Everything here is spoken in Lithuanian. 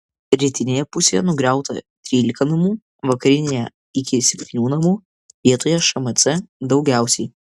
rytinėje pusėje nugriauta trylika namų vakarinėje iki septynių namų vietoje šmc daugiausiai